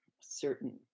certain